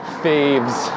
faves